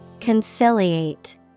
Conciliate